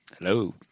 Hello